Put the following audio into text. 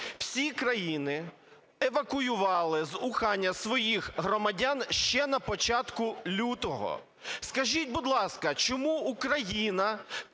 Всі країни евакуювали з Уханя своїх громадян ще на початку лютого. Скажіть, будь ласка, чому Україна